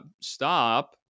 Stop